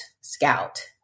scout